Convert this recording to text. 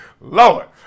Lower